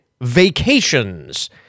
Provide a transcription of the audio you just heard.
vacations